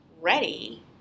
ready